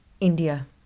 India